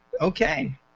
okay